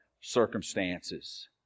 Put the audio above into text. circumstances